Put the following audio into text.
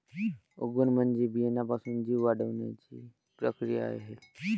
उगवण म्हणजे बियाण्यापासून जीव वाढण्याची प्रक्रिया आहे